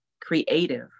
creative